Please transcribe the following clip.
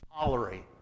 tolerate